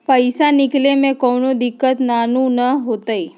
पईसा निकले में कउनो दिक़्क़त नानू न होताई?